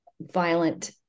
violent